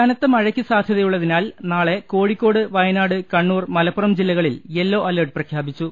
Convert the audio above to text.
കനത്ത മഴയ്ക്ക് സാധൃതയുള്ളതിനാൽ നാളെ കോഴിക്കോട് വയ നാട് കണ്ണൂർ മലപ്പുറം ജില്ലകളിൽ യെല്ലോ അലർട്ട് പ്രഖ്യാപിച്ചു